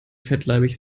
fettleibig